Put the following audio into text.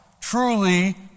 truly